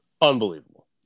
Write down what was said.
Unbelievable